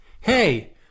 Hey-